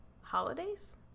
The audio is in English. holidays